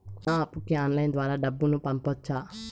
నా అప్పుకి ఆన్లైన్ ద్వారా డబ్బును పంపొచ్చా